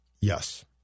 Yes